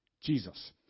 Jesus